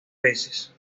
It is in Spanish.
veces